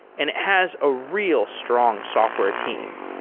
and it has a real strong software team.